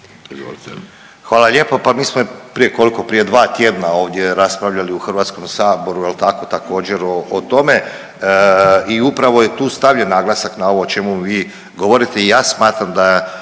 Hvala lijepo. Pa mi smo prije koliko, prije dva tjedna ovdje raspravljali u Hrvatskom saboru, jel' tako također o tome i upravo je tu stavljen naglasak na ovo o čemu vi govorite. I ja smatram da